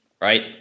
right